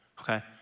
okay